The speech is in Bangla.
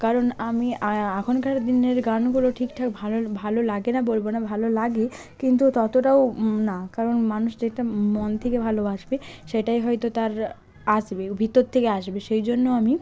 কারণ আমি আ এখনকার দিনের গানগুলো ঠিকঠাক ভালো ভালো লাগে না বলব না ভালো লাগে কিন্তু ততটাও না কারণ মানুষ যেটা মন থেকে ভালোবাসবে সেটাই হয়তো তার আসবে ভিতর থেকে আসবে সেই জন্য আমি